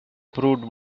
proved